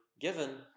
given